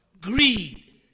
greed